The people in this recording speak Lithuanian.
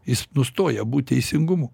jis nustoja būt teisingumu